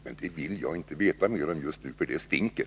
Men det vill jag inte veta mer om just nu, för det stinker!